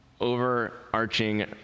overarching